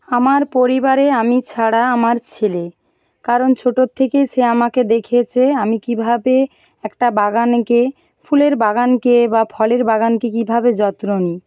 আমার পরিবারে আমি ছাড়া আমার ছেলে কারণ ছোটোর থেকেই সে আমাকে দেখেছে আমি কীভাবে একটা বাগানেকে ফুলের বাগানকে বা ফলের বাগানকে কীভাবে যত্ন নিই